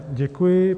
Děkuji.